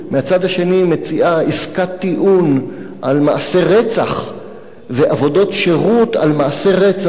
ומהצד השני מציעה עסקת טיעון על מעשה רצח ועבודות שירות על מעשה רצח,